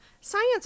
Science